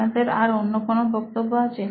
আপনাদের আর অন্য কোনো বক্তব্য আছে